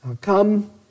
come